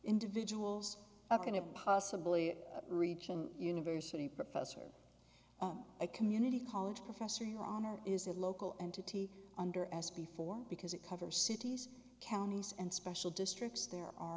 individuals are going to possibly region university professor at community college professor your honor is a local entity under as before because it covers cities counties and special districts there are